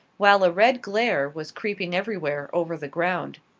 while a red glare was creeping everywhere over the ground.